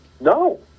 No